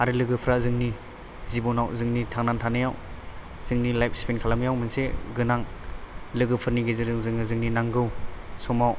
आरो लोगोफ्रा जोंनि जिबनाव जोंनि थांना थानायाव जोंनि लाइफ स्पेनद खालामनायाव मोनसे गोनां लोगोफोरनि गेजेरजों जोंनि नांगौ समाव